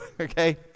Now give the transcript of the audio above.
Okay